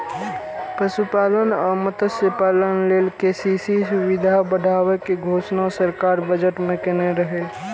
पशुपालन आ मत्स्यपालन लेल के.सी.सी सुविधा बढ़ाबै के घोषणा सरकार बजट मे केने रहै